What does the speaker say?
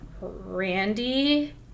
Randy